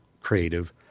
creative